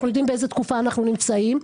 אנחנו יודעים באיזה תקופה אנחנו נמצאים.